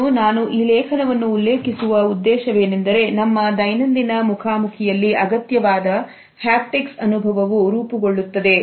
ಮತ್ತು ನಾನು ಈ ಲೇಖನದ ಉಲ್ಲೇಖಿಸುವುದೇ ಏನೆಂದರೆ ನಮ್ಮ ದೈನಂದಿನ ಮುಖಾಮುಖಿಯಲ್ಲಿ ಅಗತ್ಯವಾದ ಹ್ಯಾಪ್ಟಿಕ್ಸ್ ಅನುಭವವು ರೂಪುಗೊಳ್ಳುತ್ತದೆ